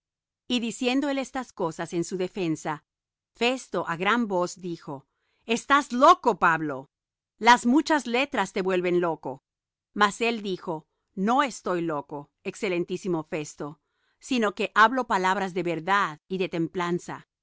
y diciendo él estas cosas en su defensa festo á gran voz dijo estás loco pablo las muchas letras te vuelven loco mas él dijo no estoy loco excelentísimo festo sino que hablo palabras de verdad y de templanza